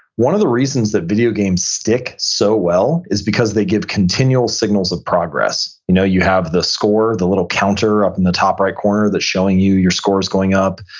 one of the reasons that video games stick so well is because they give continual signals of progress. you know you have the score, the little counter up in the top right corner that's showing you your score is going up.